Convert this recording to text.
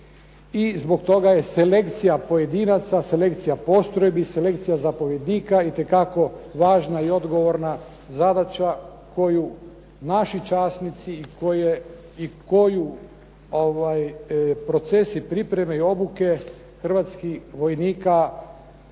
zbog toga je selekcija pojedinaca, selekcija postrojbi, selekcija zapovjednika itekako važna i odgovorna zadaća koju naši časnici i koju procesi pripreme i obuke hrvatskih vojnika preuzimaju